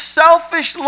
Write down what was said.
selfish